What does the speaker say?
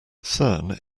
cern